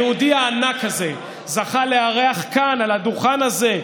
היהודי הענק הזה זכה לארח כאן, על הדוכן הזה,